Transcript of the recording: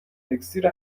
اکسیر